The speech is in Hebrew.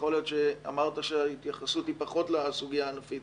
שאמרת שההתייחסות היא פחות לסוגיה הענפית,